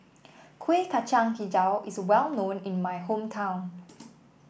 Kueh Kacang hijau is well known in my hometown